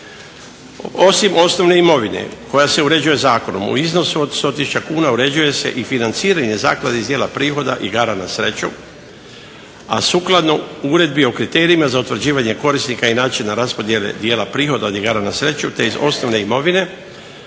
Osim osnovne imovine koja se uređuje zakonom u iznosu od 100 tisuća kuna uređuje se i financiranje zaklade iz dijela prihoda, igara na sreću a sukladno uredbi o kriterijima za utvrđivanje korisnika i načina raspodjele dijela prihoda od igara na sreću te iz osnovne imovine,